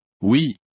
Oui